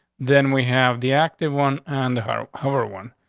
then we have the active one on the cover one.